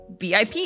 VIP